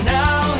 now